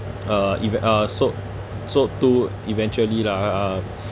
uh eve~ uh sold sold to eventually lah uh